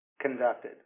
conducted